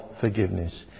forgiveness